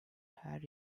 her